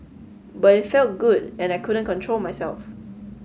but it felt good and I couldn't control myself